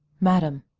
madam,